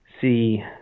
see